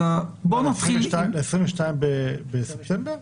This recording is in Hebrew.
אלא בואו --- 22 בספטמבר?